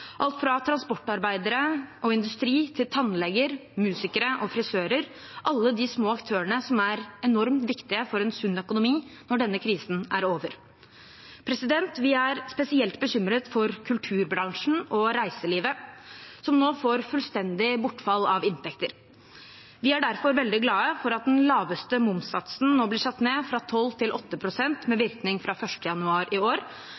alt fra transportarbeidere og industri til tannleger, musikere og frisører – alle de små aktørene som er enormt viktige for en sunn økonomi når denne krisen er over. Vi er spesielt bekymret for kulturbransjen og reiselivet, som nå får fullstendig bortfall av inntekter. Vi er derfor veldig glad for at den laveste momssatsen nå blir satt ned fra 12 pst. til 8 pst. med virkning fra 1. januar i år.